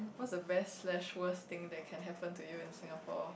what's the best oh slash worst thing that can happen to you in Singapore